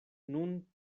nun